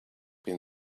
been